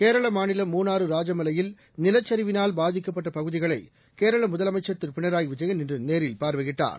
கேரள மாநிலம் மூணாறு ராஜமலையில் நிலச்சரிவினால் பாதிக்கப்பட்ட பகுதிகளை கேரள முதலமைச்ச் திரு பினராயி விஜயன் இன்று நேரில் பார்வையிட்டார்